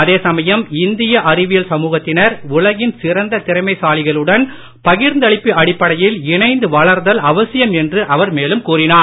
அதே சமயம் இந்திய அறிவியல் சமுகத்தினர் உலகின் சிறந்த திறமைசாலிகளுடன் பகிர்ந்தளிப்பு அடிப்படையில் இணைந்து வளர்தல் அவசியம் என்று அவர் மேலும் கூறினார்